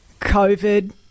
COVID